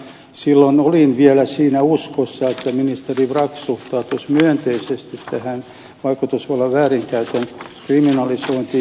silloin olin vielä siinä uskossa että ministeri brax suhtautuisi myönteisesti tähän vaikutusvallan väärinkäytön kriminalisointiin